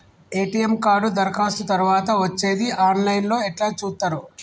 ATM card దరఖాస్తు తరువాత వచ్చేది ఆన్ లైన్ లో ఎట్ల చూత్తరు?